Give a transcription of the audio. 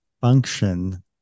function